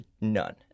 None